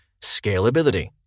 scalability